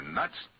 nuts